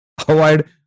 Avoid